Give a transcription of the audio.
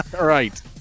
Right